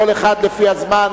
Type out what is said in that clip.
כל אחד לפי הזמן.